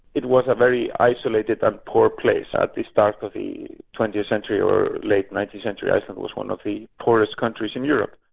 it was a very isolated and poor place at the start of the twentieth century or late nineteenth century, iceland was one of the poorest countries in europe.